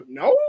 no